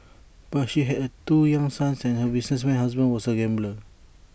but she had two young sons and her businessman husband was A gambler